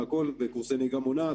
קורסי נהיגה מונעת,